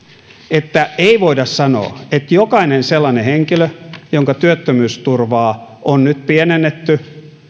että ei voida sanoa että jokainen sellainen henkilö jonka työttömyysturvaa on nyt pienennetty